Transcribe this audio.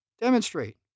demonstrate